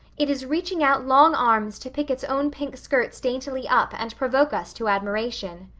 it is reaching out long arms to pick its own pink skirts daintily up and provoke us to admiration.